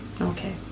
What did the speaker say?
okay